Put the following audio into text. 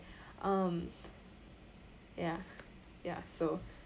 um ya ya so